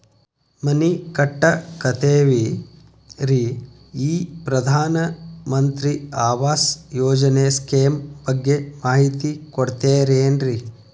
ಮನಿ ಕಟ್ಟಕತೇವಿ ರಿ ಈ ಪ್ರಧಾನ ಮಂತ್ರಿ ಆವಾಸ್ ಯೋಜನೆ ಸ್ಕೇಮ್ ಬಗ್ಗೆ ಮಾಹಿತಿ ಕೊಡ್ತೇರೆನ್ರಿ?